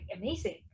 amazing